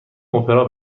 اپرا